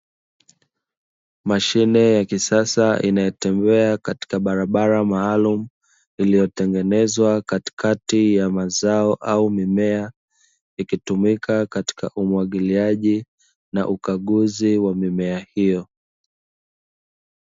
Mashine ya kisasa inayotembea katika barabara maalumu, iliyotengenezwa katikati ya mazao au mimea ikitumika katika umwagiliaji na ukaguzi wa mimea hiyo.